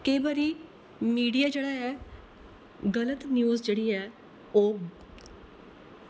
केई बारी मीडिया जेह्ड़ा ऐ गलत न्यूज जेह्ड़ी ऐ ओह्